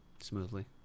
Smoothly